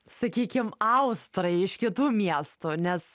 sakykim austrai iš kitų miestų nes